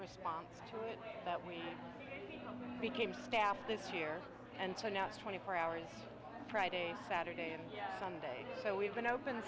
response to it that we became staff this year and so now it's twenty four hours friday saturday and sunday so we have an open